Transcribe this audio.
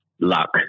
Luck